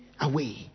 away